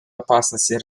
опасности